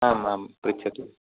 आम् आम् पृच्छतु